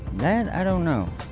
that, i dont know.